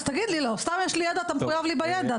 אז תגיד לי, אתה מחויב לי בידע.